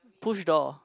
push door